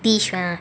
dish ah